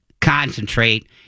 concentrate